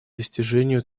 достижению